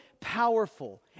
powerful